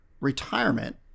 retirement